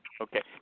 Okay